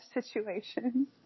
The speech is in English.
situation